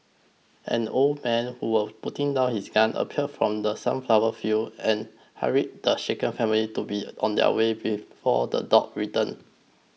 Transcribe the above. an old man who was putting down his gun appeared from the sunflower fields and hurried the shaken family to be on their way before the dogs return